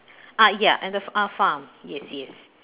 ah ya and the uh farm yes yes